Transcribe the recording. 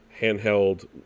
handheld